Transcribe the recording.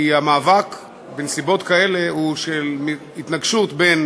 כי המאבק בנסיבות כאלה הוא של התנגשות בין